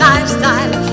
Lifestyle